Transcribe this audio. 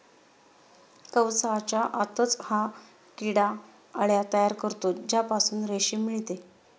कवचाच्या आतच हा किडा अळ्या तयार करतो ज्यापासून रेशीम मिळते